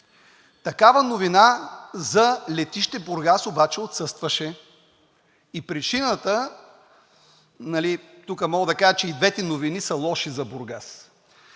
Такава новина за летище Бургас обаче отсъстваше и причината, тук мога да кажа, че и двете новини са лоши за Бургас,